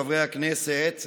חברי הכנסת,